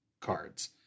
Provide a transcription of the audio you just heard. cards